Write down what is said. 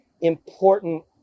important